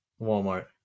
Walmart